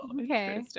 okay